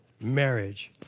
marriage